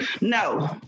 No